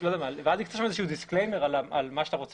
ואז יהיה איזשהו דיסקליימר על מה שאתה רוצה